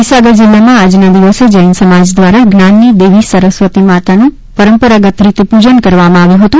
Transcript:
મહીસાગર જિલ્લામાં આજના દિવસે જૈન સમાજ દ્વારા જ્ઞાનની દેવી સરસ્વતી માતનુ પરંપરાગત રીતે પૂજન કરવામાં આવ્યુ હતુ